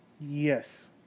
Yes